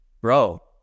bro